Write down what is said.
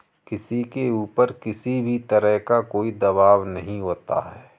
किसी के ऊपर किसी भी तरह का कोई दवाब नहीं होता है